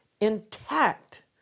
intact